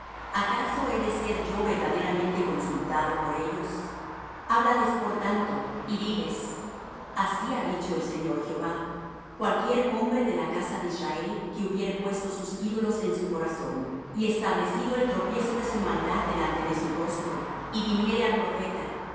acaso he de ser yo verdaderamente consultado por ellos háblales por tanto y diles así ha dicho el señor jehová cualquier hombre de la casa de israel que hubiere puesto sus ídolos en su corazón y establecido el tropiezo de su maldad delante de su rostro y viniere al profeta